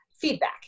feedback